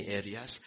areas